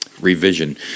revision